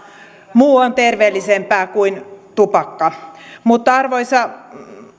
muu on terveellisempää kuin tupakka arvoisa